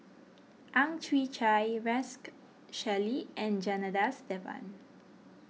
Ang Chwee Chai Rex Shelley and Janadas Devan